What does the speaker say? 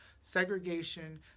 segregation